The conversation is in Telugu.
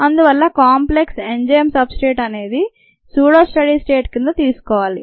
అందువల్ల కాంప్లెక్స్ ఎంజైమ్ సబ్స్ట్రేట్ అనేది స్యూడో స్టడీ స్టేట్ కింద తీసుకోవాలి